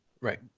Right